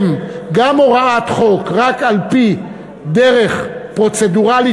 גם הוראת חוק רק על-פי דרך פרוצדורלית,